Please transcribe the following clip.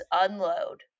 unload